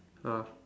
ah